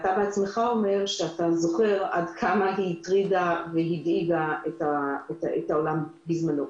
אתה בעצמך אומר עד כמה הסארס הטרידה והדאיגה את העולם בזמנו,